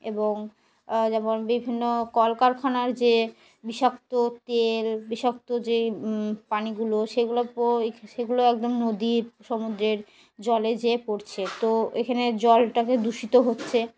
এবং যেমন বিভিন্ন কলকারখানার যে বিষাক্ত তেল বিষাক্ত যে পানিগুলো সেগুলো সেগুলো একদম নদীর সমুদ্রের জলে গিয়ে পড়ছে তো এখানে জলটাকে দূষিত হচ্ছে